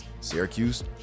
syracuse